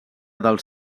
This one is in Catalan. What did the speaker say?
dels